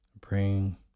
Praying